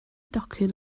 docyn